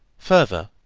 further,